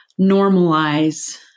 normalize